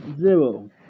Zero